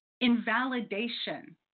invalidation